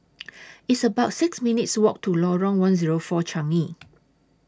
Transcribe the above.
It's about six minutes' Walk to Lorong one Zero four Changi